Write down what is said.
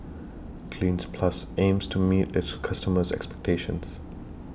Cleanz Plus aims to meet its customers' expectations